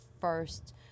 first